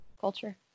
culture